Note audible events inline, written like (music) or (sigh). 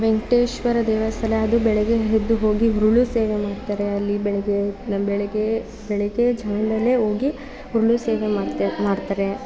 ವೆಂಕಟೇಶ್ವರ ದೇವಸ್ಥಾನ ಅದು ಬೆಳಗ್ಗೆ ಎದ್ದು ಹೋಗಿ ಉರುಳು ಸೇವೆ ಮಾಡ್ತಾರೆ ಅಲ್ಲಿ ಬೆಳಗ್ಗೆ ಬೆಳಗ್ಗೆ ಬೆಳಗ್ಗೆ (unintelligible) ಹೋಗಿ ಉರುಳು ಸೇವೆ ಮಾಡ್ತಾರೆ